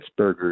Pittsburghers